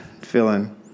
feeling